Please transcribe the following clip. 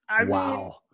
Wow